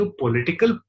political